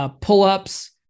pull-ups